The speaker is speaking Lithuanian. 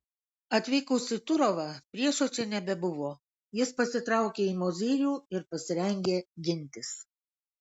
atvykus į turovą priešo čia nebebuvo jis pasitraukė į mozyrių ir pasirengė gintis